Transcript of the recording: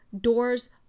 doors